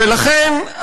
ולכן,